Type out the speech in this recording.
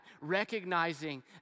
recognizing